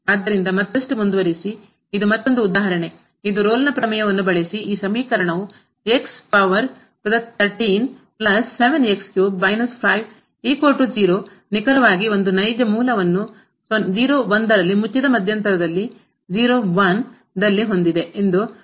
ಆದ್ದರಿಂದ ಮತ್ತಷ್ಟು ಮುಂದುವರಿಸಿ ಇದು ಮತ್ತೊಂದು ಉದಾಹರಣೆ ಇದು ರೋಲ್ನ ಪ್ರಮೇಯವನ್ನು ಬಳಸಿ ಈ ಸಮೀಕರಣವು x ಪವರ್ ನಿಖರವಾಗಿ ಒಂದು ನೈಜ ಮೂಲವನ್ನು 0 1 ರಲ್ಲಿ ಮುಚ್ಚಿದ ಮಧ್ಯಂತರದಲ್ಲಿ 0 1 ದಲ್ಲಿ ಹೊಂದಿದೆ ಎಂದು ತೋರಿಸುತ್ತದೆ